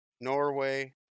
Norway